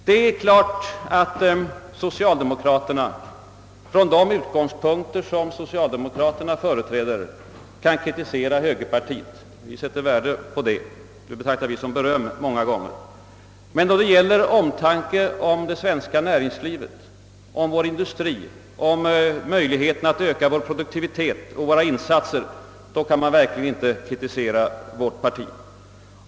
Det är klart att socialdemokraterna från sina utgångspunkter kan kritisera högerpartiet. Vi sätter värde på det. Det betraktar vi många gånger som beröm. Men då det gäller omtanken om det svenska näringslivet, om vår industri och möjligheterna att öka produktiviteten och våra insatser, då kan man verkligen inte kritisera vårt parti.